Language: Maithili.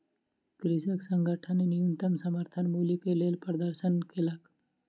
कृषक संगठन न्यूनतम समर्थन मूल्य के लेल प्रदर्शन केलक